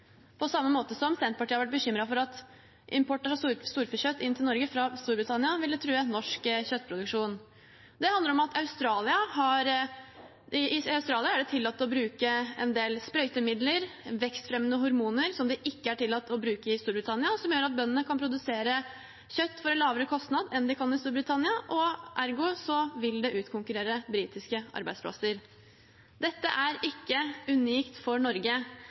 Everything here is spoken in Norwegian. på samme måte som Senterpartiet har vært bekymret for at import av storfekjøtt til Norge fra Storbritannia ville true norsk kjøttproduksjon. Det handler om at Australia har tillatt å bruke en del sprøytemidler og vekstfremmende hormoner som det ikke er tillatt å bruke i Storbritannia, og som gjør at bøndene kan produsere kjøtt for en lavere kostnad enn de kan i Storbritannia. Ergo vil det utkonkurrere britiske arbeidsplasser. Dette er ikke unikt for Norge.